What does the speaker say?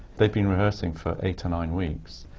they've been rehearsing for eight or nine weeks.